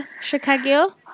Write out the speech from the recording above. Chicago